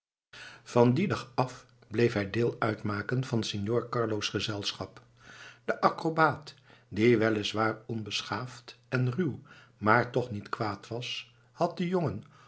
van dien dag af bleef hij deel uitmaken van signor carlo's gezelschap de acrobaat die wel is waar onbeschaafd en ruw maar toch niet kwaad was had den jongen